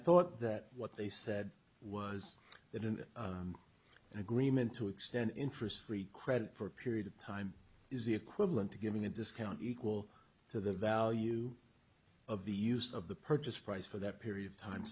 thought that what they said was that an agreement to extend interest free credit for a period of time is the equivalent to giving a discount equal to the value of the use of the purchase price for that period of time